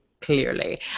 clearly